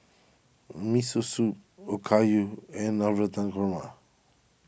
Miso Soup Okayu and Navratan Korma